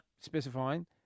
specifying